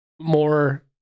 more